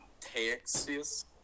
Texas